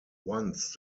once